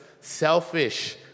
selfish